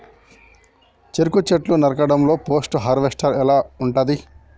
చెరుకు చెట్లు నరకడం లో పోస్ట్ హార్వెస్టింగ్ ఎలా ఉంటది?